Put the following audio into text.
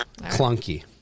Clunky